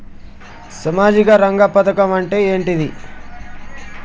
సామాజిక రంగ పథకం అంటే ఏంటిది?